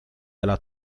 della